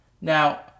Now